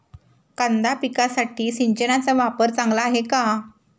कांदा पिकासाठी सिंचनाचा वापर चांगला आहे का?